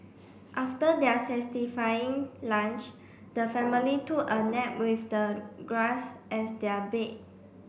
after their satisfying lunch the family took a nap with the grass as their bed